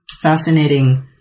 fascinating